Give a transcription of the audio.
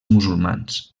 musulmans